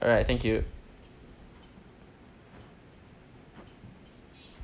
alright thank you